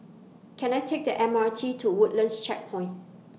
Can I Take The M R T to Woodlands Checkpoint